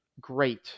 great